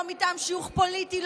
לא מטעם שיוך פוליטי,